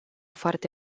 foarte